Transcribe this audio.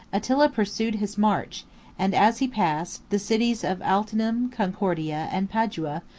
attila pursued his march and as he passed, the cities of altinum, concordia, and padua,